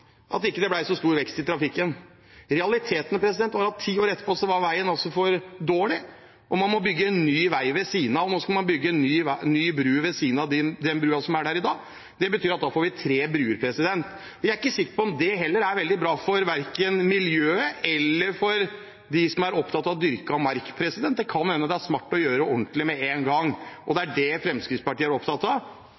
ti år etterpå var veien for dårlig, og man måtte bygge en ny vei ved siden av. Nå skal man bygge en ny bru ved siden av den brua som er der i dag. Det betyr at da får vi tre bruer. Jeg er ikke sikker på om det er veldig bra, verken for miljøet eller for dem som er opptatt av dyrket mark. Det kan hende det er smart å gjøre det ordentlig med en gang, og det